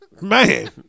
Man